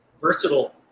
versatile